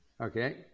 Okay